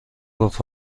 گفت